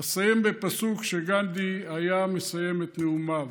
אסיים בפסוק שגנדי היה מסיים את נאומיו: